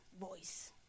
voice